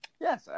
Yes